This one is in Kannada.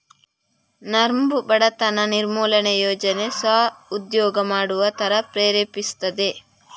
ನರ್ಮ್ ಬಡತನ ನಿರ್ಮೂಲನೆ ಯೋಜನೆ ಸ್ವ ಉದ್ಯೋಗ ಮಾಡುವ ತರ ಪ್ರೇರೇಪಿಸ್ತದೆ